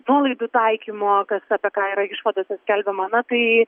nuolaidų taikymo kas apie ką yra išvadose skelbiama na tai